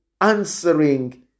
answering